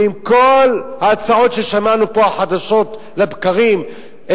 ועם כל ההצעות חדשות לבקרים ששמענו פה,